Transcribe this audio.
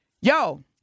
yo